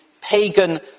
pagan